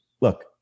look